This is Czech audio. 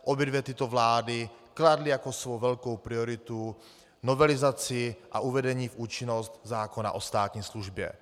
Obě dvě tyto vlády kladly jako svou velkou prioritu novelizaci a uvedení v účinnost zákon o státní službě.